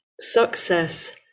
success